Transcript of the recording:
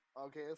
Okay